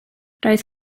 roedd